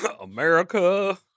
America